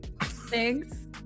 Thanks